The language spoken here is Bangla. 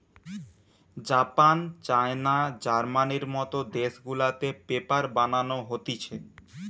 জাপান, চায়না, জার্মানির মত দেশ গুলাতে পেপার বানানো হতিছে